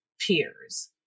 peers